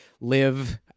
live